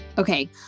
Okay